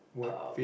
um